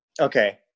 okay